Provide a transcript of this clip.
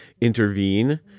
intervene